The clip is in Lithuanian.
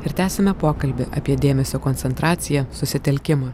ir tęsiame pokalbį apie dėmesio koncentraciją susitelkimą